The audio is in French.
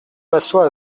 massot